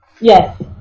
Yes